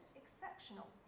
exceptional